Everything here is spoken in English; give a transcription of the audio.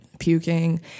Puking